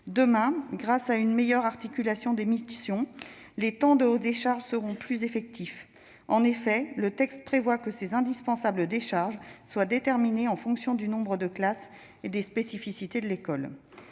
Demain, grâce à une meilleure articulation des missions, les temps de décharge seront plus effectifs. En effet, le texte prévoit que ces indispensables décharges soient déterminées en fonction du nombre de classes et des spécificités de l'école.